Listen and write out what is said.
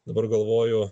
dabar galvoju